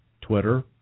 Twitter